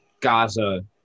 Gaza